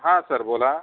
हा सर बोला